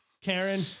Karen